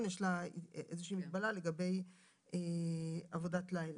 יש לה איזה שהיא מגבלה לגבי עבודת לילה.